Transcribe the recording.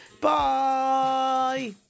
Bye